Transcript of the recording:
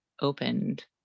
opened